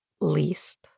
least